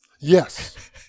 Yes